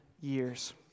years